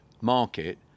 market